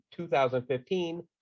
2015